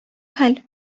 хәл